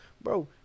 bro